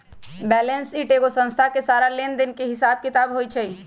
balance sheet एगो संस्था के सारा लेन देन के हिसाब किताब होई छई